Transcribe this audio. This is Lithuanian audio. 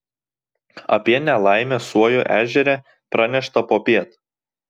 apie nelaimę suojo ežere pranešta popiet